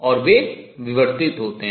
और वे विवर्तित होते हैं